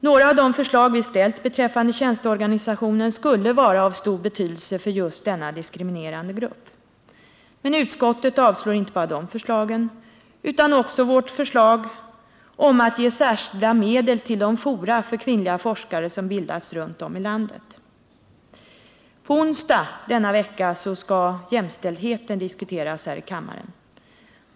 Några av de förslag vi har ställt beträffande tjänsteorganisationen är av stor betydelse för just denna diskriminerade grupp. Men utskottet avstyrker inte bara dessa förslag utan också vårt krav på att ge särskilda medel till de fora för kvinnliga forskare som har bildats runt om i landet. På onsdag denna vecka skall jämställdheten diskuteras här i kammaren.